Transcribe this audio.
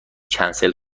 کنسل